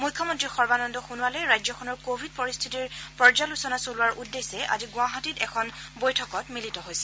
মুখ্যমন্ত্ৰী সৰ্বানন্দ সোণোৱালে ৰাজ্যখনৰ ক ভিড পৰিস্থিতিৰ পৰ্যালোচনা চলোৱাৰ উদ্দেশ্যে আজি গুৱাহাটীত এখন বৈঠকত মিলিত হৈছে